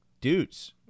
dudes